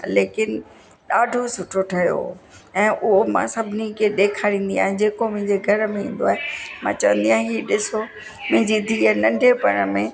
लेकिन ॾाढो सुठो ठहियो ऐं उहो मां सभिनी खे ॾेखारींदी आहे जेको मुंहिंजे घर में ईंदो आहे मां चवंदी आहियां ई ॾिसो मुंहिंजी धीअ नंढुपिणि में